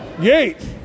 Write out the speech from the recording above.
Yates